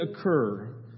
occur